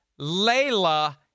Layla